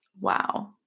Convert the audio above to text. Wow